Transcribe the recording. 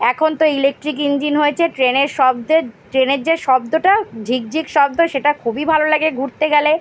এখন তো electric engine হয়েছে ট্রেনের শব্দের ট্রেনের যে শব্দটা ঝিকঝিক শব্দ সেটা খুবই ভালো লাগে ঘুরতে গেলে